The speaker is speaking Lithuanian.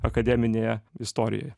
akademinėje istorijoje